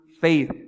faith